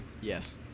Yes